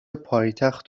پایتخت